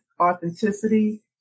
authenticity